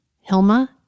Hilma